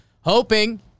hoping